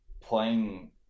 playing